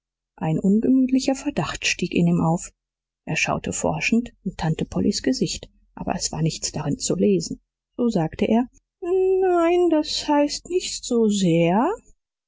ein ungemütlicher verdacht stieg in ihm auf er schaute forschend in tante pollys gesicht aber es war nichts darin zu lesen so sagte er nein das heißt nicht so sehr